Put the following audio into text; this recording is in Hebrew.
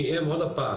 כי אם עוד הפעם,